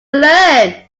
learn